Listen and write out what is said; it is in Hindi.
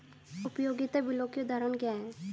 उपयोगिता बिलों के उदाहरण क्या हैं?